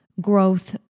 growth